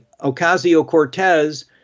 Ocasio-Cortez